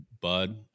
Bud